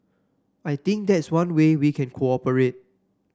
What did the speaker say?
I think that's one way we can cooperate